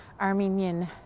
Armenian